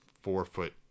four-foot